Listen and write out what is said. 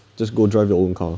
just go drive your own car